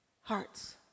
hearts